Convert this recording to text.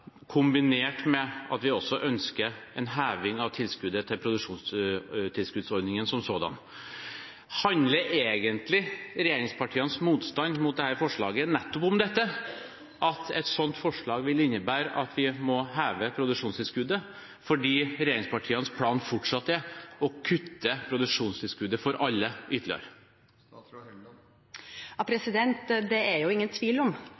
kombinert med at vi også ønsker en heving av rammen når det gjelder produksjonstilskuddsordningen som sådan. Handler egentlig regjeringspartienes motstand mot dette forslaget nettopp om dette, at et sånt forslag vil innebære at vi må heve produksjonstilskuddet, fordi regjeringspartienes plan fortsatt er å kutte produksjonstilskuddet for alle ytterligere? Det er ingen tvil om